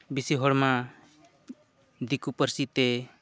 ᱵᱮᱥᱤ ᱦᱚᱲ ᱢᱟ ᱫᱤᱠᱩ ᱯᱟᱹᱨᱥᱤ ᱛᱮ